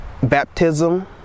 Baptism